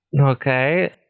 okay